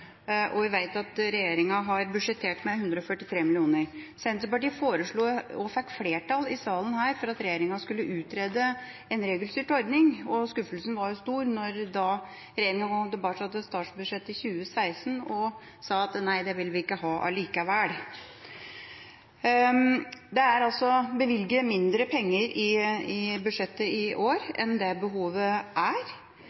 og vi vet at regjeringa har budsjettert med 143 mill. kr. Senterpartiet foreslo og fikk flertall her i salen for at regjeringa skulle utrede en regelstyrt ordning, og skuffelsen var stor da regjeringa kom tilbake i statsbudsjettet for 2016 og sa at nei, det vil vi ikke ha allikevel. Det er altså bevilget mindre penger i budsjettet i år